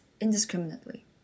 indiscriminately